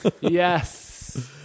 Yes